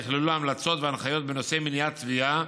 נכללו המלצות והנחיות בנושאי מניעת טביעה